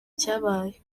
cyabaye